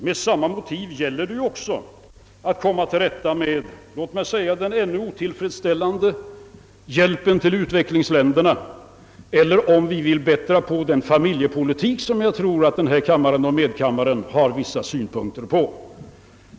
Med samma motivering gäller det också att komma till rätta med låt mig säga den ännu otillfredsställande hjälpen till u-länderna eller om vi vill bättra på den familjepolitik, som jag tror att såväl denna kammare som medkammaren har vissa synpunkter på.